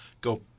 go